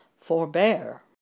forbear